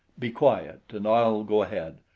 be quiet, and i'll go ahead.